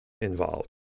involved